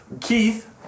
Keith